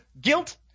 guilt